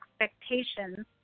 expectations